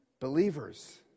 believers